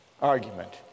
argument